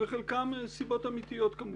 וחלקן כמובן סיבות אמיתיות.